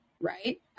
right